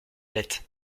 dette